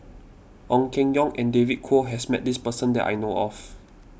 Ong Keng Yong and David Kwo has met this person that I know of